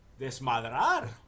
desmadrar